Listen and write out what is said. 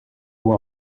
vous